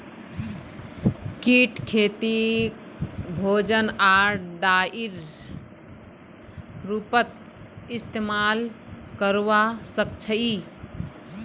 कीट खेतीक भोजन आर डाईर रूपत इस्तेमाल करवा सक्छई